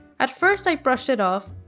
at first, i brushed it off.